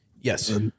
Yes